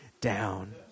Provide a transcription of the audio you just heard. down